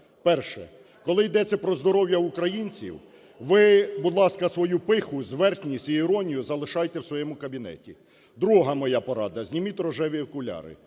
Перше. Коли йдеться про здоров'я українців, ви, будь ласка, свою пиху, зверхність і іронію залишайте в своєму кабінеті. Друга моя порада: зніміть рожеві окуляри.